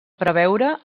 preveure